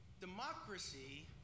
Democracy